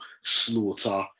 slaughter